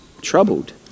troubled